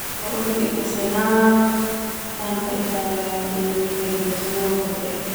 Ita senang tanpa ita menderita sona memang tateek.